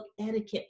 etiquette